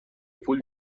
پول